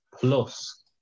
Plus